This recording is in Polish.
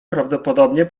prawdopodobnie